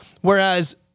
Whereas